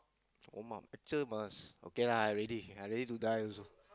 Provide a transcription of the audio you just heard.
oh mom actual must okay lah I ready I ready to die also